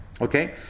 Okay